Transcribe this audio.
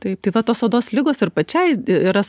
tai tai va tos odos ligos ir pačiai yra